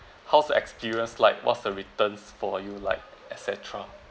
how's your experience like what's the returns for you like etcetera